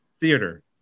theater